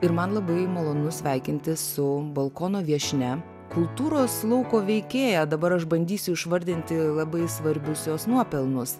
ir man labai malonu sveikintis su balkono viešnia kultūros lauko veikėja dabar aš bandysiu išvardinti labai svarbius jos nuopelnus